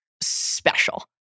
special